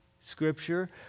Scripture